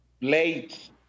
late